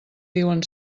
diuen